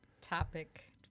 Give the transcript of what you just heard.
topic